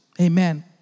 Amen